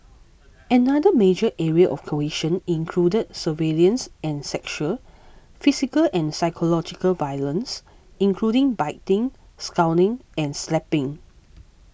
another major area of coercion included surveillance and sexual physical and psychological violence including biting scalding and slapping